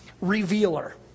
revealer